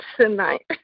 tonight